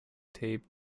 tape